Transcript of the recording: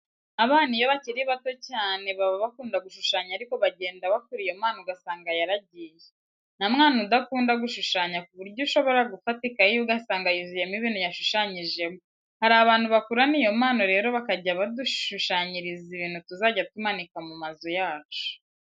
Abana iyo bakiri bato cyane baba bakunda gushushanya ariko bagenda bakura iyo mpano ugasanga yaragiye. Nta mwana udakunda gushushanya ku buryo ushobora gufata ikayi ye ugasanga yuzuyemo ibintu yashushanyijemo. Hari abantu bakurana iyo mpano rero bakajya badushushanyiriza ibintu tuzajya tumanika mu mazu yacu.